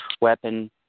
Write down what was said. weapon